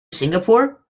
singapore